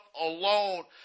alone